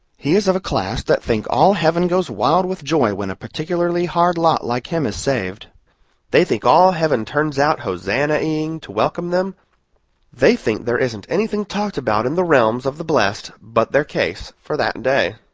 he is of a class that think all heaven goes wild with joy when a particularly hard lot like him is saved they think all heaven turns out hosannahing to welcome them they think there isn't anything talked about in the realms of the blest but their case, for that day.